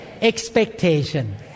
expectation